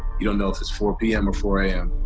you don't know if it's four p m. or four a m.